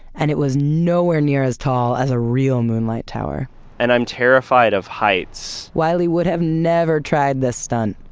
and it was nowhere near as tall as a real moonlight tower and i'm terrified of heights wiley would have never tried this stunt.